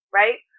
right